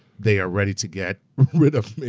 they are ready to get rid of